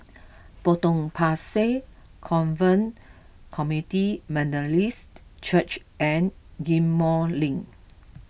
Potong Pasir Covenant Community Methodist Church and Ghim Moh Link